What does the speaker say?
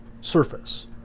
surface